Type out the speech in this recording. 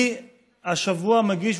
אני השבוע מגיש,